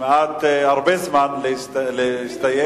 כמעט הרבה זמן להסתייג.